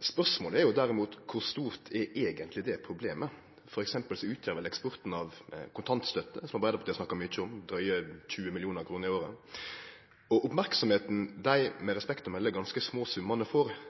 Spørsmålet er derimot kor stort det problemet eigentleg er – t.d. utgjer eksporten av kontantstøtta, som Arbeidarpartiet har snakka mykje om, drygt 20 mill. kr i året. Merksemda dei – med respekt å melde – ganske små